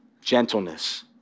gentleness